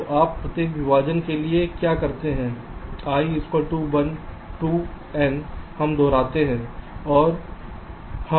तो आप प्रत्येक विभाजन के लिए क्या करते हैं i1 to n हम दोहराते हैं